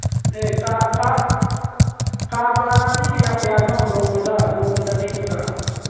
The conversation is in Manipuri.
ꯑꯦ ꯀꯥ ꯀꯥ ꯀꯥ ꯚꯔꯥꯗꯤ ꯀꯌꯥ ꯀꯌꯥꯅꯣ ꯅꯣꯡꯃꯗ ꯅꯣꯡꯃꯗ ꯂꯦꯛꯄꯗ